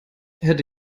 hätte